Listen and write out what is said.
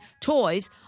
toys